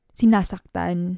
sinasaktan